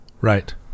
right